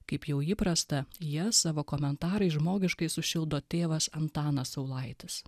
kaip jau įprasta jas savo komentarais žmogiškai sušildo tėvas antanas saulaitis